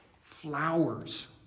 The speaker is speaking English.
flowers